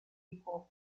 equal